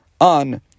on